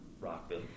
Rockville